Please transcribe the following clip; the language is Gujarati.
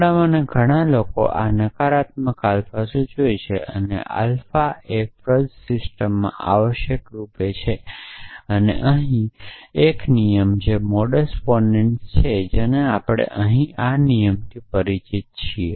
આપણામાંના ઘણા લોકો આ નકારાત્મક આલ્ફા સૂચવે છે આલ્ફા એ ફ્રજ સિસ્ટમમાં આવશ્યક રૂપે છે અને અહીં એક નિયમ જે મોડસ પોનેન્સ છે જેને આપણે અહીં આ નિયમથી પરિચિત છીએ